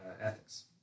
ethics